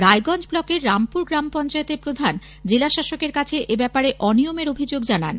রায়গঞ্জ ব্লকের রামপুর গ্রাম পঞ্চায়েতের প্রধান জেলা শাসকের কাছে এব্যাপারে অনিয়মের অভিযোগ জানান